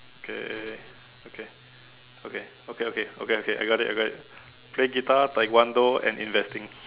okay okay okay okay okay okay okay okay I got it I got it play guitar taekwondo and investing